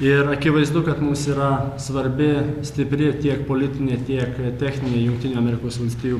ir akivaizdu kad mums yra svarbi stipri tiek politinė tiek techninė jungtinių amerikos valstijų